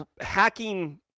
hacking